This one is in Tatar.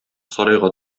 сарайга